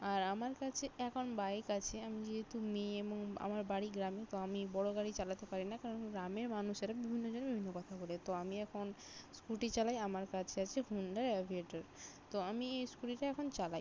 আর আমার কাছে এখন বাইক আছে আমি যেহেতু মেয়ে এবং আমার বাড়ি গ্রামে তো আমি বড়ো গাড়ি চালাতে পারি না কারণ গ্রামের মানুষেরা বিভিন্নজন বিভিন্ন কথা বলে তো আমি এখন স্কুটি চালাই আমার কাছে আছে হুন্ডার অ্যাভিয়েটার তো আমি এই স্কুটিটা এখন চালাই